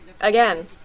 Again